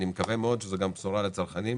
אני מקווה מאוד שגם בשורה לצרכנים.